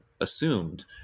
assumed